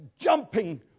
jumping